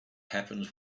happens